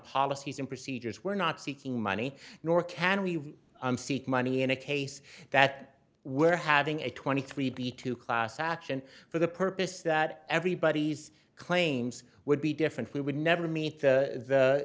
policies and procedures were not seeking money nor can we seek money in a case that we're having a twenty three b two class action for the purpose that everybody's claims would be different we would never meet the